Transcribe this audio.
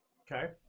Okay